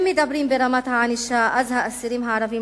אם מדברים על רמת הענישה אז האסירים הערבים